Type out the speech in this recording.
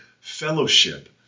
fellowship